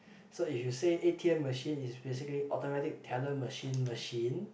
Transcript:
so if you say a_t_m machine it's physically automatic teller machine machine